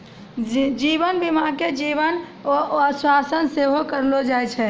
जीवन बीमा के जीवन आश्वासन सेहो कहलो जाय छै